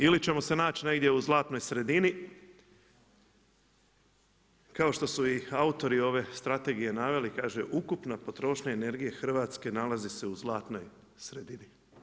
Ili ćemo se naći negdje u zlatnoj sredini kao što su i autori ove strategije naveli kaže ukupna potrošnja energije nalazi se u zlatnoj sredini.